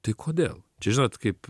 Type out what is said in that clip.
tai kodėl čia žinot kaip